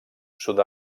sud